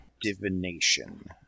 divination